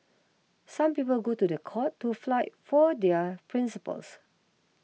some people go to the court to flight for their principles